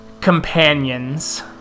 companions